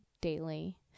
daily